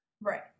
right